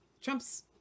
Trump's